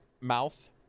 mouth